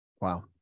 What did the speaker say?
Wow